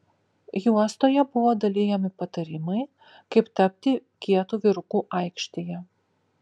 juostoje buvo dalijami patarimai kaip tapti kietu vyruku aikštėje